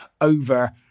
over